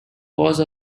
cause